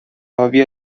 حاوی